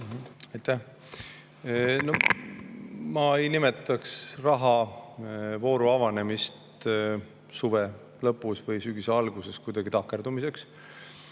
Ma ei nimetaks rahavooru avanemist suve lõpus või sügise alguses kuidagi takerdumiseks.